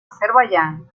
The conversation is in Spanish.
azerbaiyán